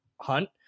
hunt